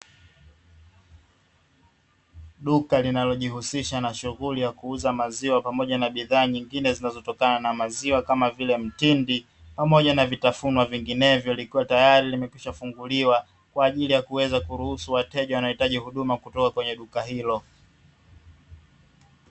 Duka linalojihusisha na shughuli ya kuuza maziwa pamoja na bidhaa nyenginezo zinazotokana na maziwa, kama vile mtindi pamoja na vitafunwa vyenginevyo vipo tayari vimefunguliwa kwaajili ya kuweza waruhusu wateja wanaohitaji huduma kutoka kwenye duka hilo.